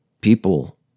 People